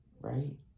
Right